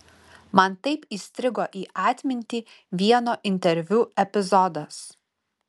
man taip įstrigo į atmintį vieno interviu epizodas